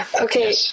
Okay